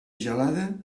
gelada